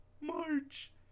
March